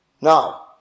Now